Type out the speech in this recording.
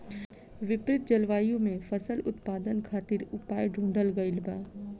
विपरीत जलवायु में फसल उत्पादन खातिर उपाय ढूंढ़ल गइल बा